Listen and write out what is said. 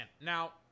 Now